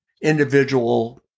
individual